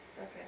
Okay